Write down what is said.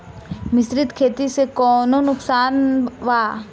मिश्रित खेती से कौनो नुकसान वा?